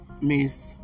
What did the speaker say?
Miss